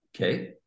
Okay